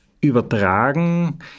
übertragen